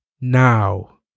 now